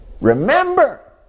remember